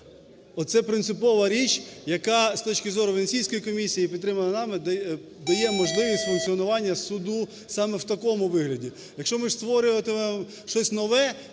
Оце принципова річ, яка з точки зору Венеційської комісії і підтримана нами, дає можливість функціонування суду саме в такому вигляді. Якщо ми створюватимемо щось нове